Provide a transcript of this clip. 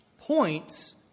points